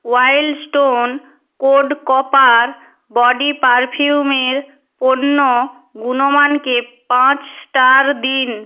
wild Stone Code Copper Body পারফিউমের পণ্য গুণমানকে পাঁচ স্টার দিন